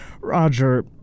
Roger